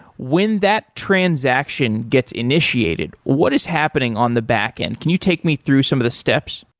when that transaction gets initiated, what is happening on the backend? can you take me through some of the steps?